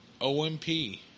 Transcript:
OMP